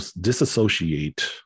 disassociate